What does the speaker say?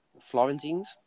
Florentines